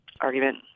argument